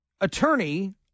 attorney